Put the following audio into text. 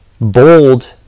Bold